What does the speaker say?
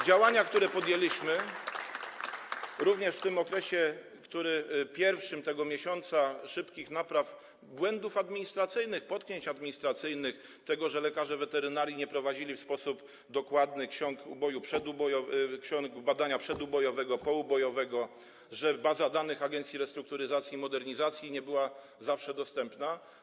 Działania, które podjęliśmy, również w tym okresie, w pierwszym miesiącu szybkich napraw błędów administracyjnych, potknięć administracyjnych, tego, że lekarze weterynarii nie prowadzili w sposób dokładny ksiąg uboju, ksiąg badania przedubojowego, poubojowego, że baza danych Agencji Restrukturyzacji i Modernizacji Rolnictwa nie zawsze była dostępna.